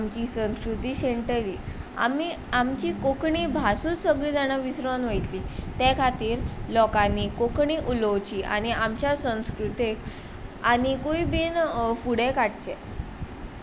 आमची संस्कृती शेणटली आमी आमची कोंकणी भासूच सगली जाणा विसरोन वयतली ते खातीर लोकांनी कोंकणी उलोवची आनी आमच्या संस्कृतेक आनिकूय बीन फुडें काडचें